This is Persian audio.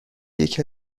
یکی